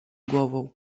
głową